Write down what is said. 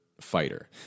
fighter